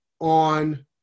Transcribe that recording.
on